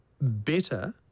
better